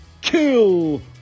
Kill